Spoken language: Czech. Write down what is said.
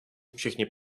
všichni